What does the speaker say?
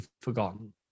forgotten